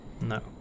No